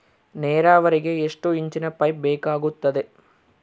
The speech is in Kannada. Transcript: ನೇರಾವರಿಗೆ ಎಷ್ಟು ಇಂಚಿನ ಪೈಪ್ ಬೇಕಾಗುತ್ತದೆ?